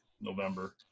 November